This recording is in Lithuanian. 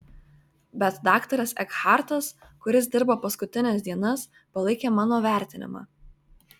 bet daktaras ekhartas kuris dirbo paskutines dienas palaikė mano vertinimą